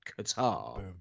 Qatar